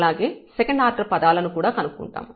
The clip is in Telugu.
అలాగే సెకండ్ ఆర్డర్ పదాలను కూడా కనుక్కుంటాం